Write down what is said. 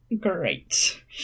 great